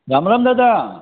Ram Ram Dada